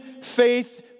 faith